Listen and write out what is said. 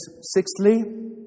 sixthly